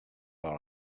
our